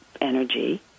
energy